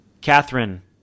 Catherine